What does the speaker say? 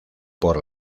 por